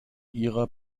ihrer